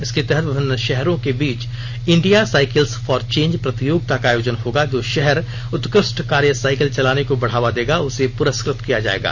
इसके तहत विभिन्न शहरों के बीच इंडिया साइकिल्स फॉर चेंज प्रतियोगिता का आयोजन होगा जो शहर उत्कृष्ट कार्य साइकिल चलाने को बढ़ावा देगा उसे प्रस्कृत किया जायेगा